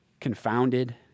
confounded